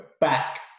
back